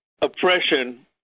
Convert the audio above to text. oppression